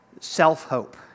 self-hope